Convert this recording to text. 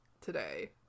today